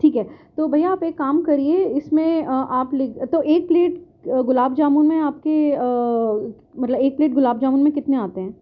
ٹھیک ہے تو بھیا آپ ایک کام کریے اس میں آپ تو ایک پلیٹ گلاب جامن میں آپ کے مطلب ایک پلیٹ گلاب جامن میں کتنے آتے ہیں